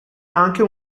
anche